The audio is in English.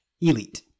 Elite